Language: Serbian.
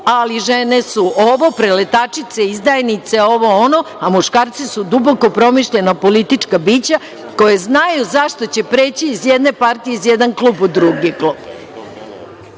ali žene su preletačice, izdajnice, ovo, ono, a muškarci su duboko promišljena politička bića koja znaju zašto će preći iz jedne partije u drugu, iz jednog kluba u drugi klub.